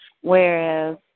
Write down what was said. whereas